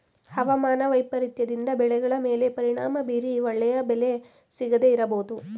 ಅವಮಾನ ವೈಪರೀತ್ಯದಿಂದ ಬೆಳೆಗಳ ಮೇಲೆ ಪರಿಣಾಮ ಬೀರಿ ಒಳ್ಳೆಯ ಬೆಲೆ ಸಿಗದೇ ಇರಬೋದು